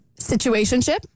Situationship